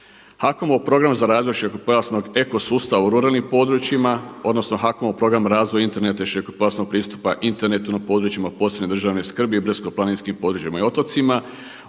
HAKOM-ov program za razvoj širokopojasnog ekosustava u ruralnim područjima odnosno HAKOM-ov program razvoja interneta i širokopojasnog pristupa internetu na područjima od posebne državne skrbi i brdsko-planinskim područjima i otocima